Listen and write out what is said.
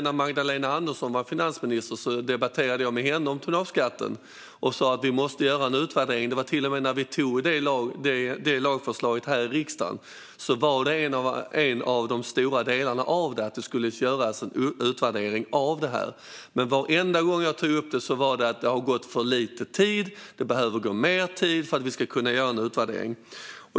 När Magdalena Andersson var finansminister debatterade jag nämligen tonnageskatten med henne och sa att vi måste göra en utvärdering. När vi antog lagförslaget här i riksdagen var en av de stora delarna till och med att det skulle göras en utvärdering. Men varenda gång jag har tagit upp det har svaret varit att det har gått för kort tid, att det behöver gå mer tid för att man ska kunna göra en utvärdering.